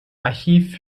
archiv